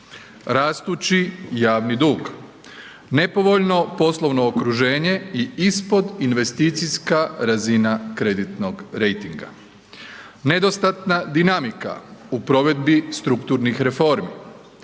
rastući javni dug, nepovoljno poslovno okruženje i ispod investicijska razina kreditnog rejtinga, nedostatna dinamika u provedbi strukturnih reformi,